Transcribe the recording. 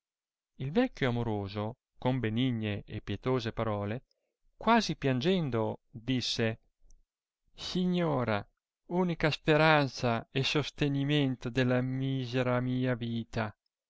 il vecchio amoroso con benigne e pietose parole quasi piangendo disse signora unica speranza e sostenimento della misera mia vita